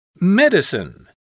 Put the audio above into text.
medicine